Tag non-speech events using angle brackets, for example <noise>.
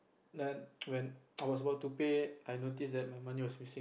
then <noise> when I was about to pay I noticed that my money was missing